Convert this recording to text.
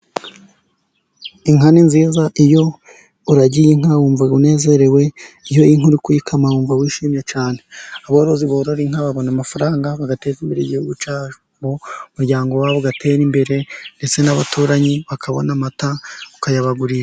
Inka ni nziza, iyo uragiye inka wumva unezerewe, iyo inka uri kuyikama wumva wishimye cyane, aborozi borora inka babona amafaranga bagateza imbere igihugu n'umuryango wabo ugatera imbere. Ndetse n'abaturanyi bakabona amata ukayabagurisha.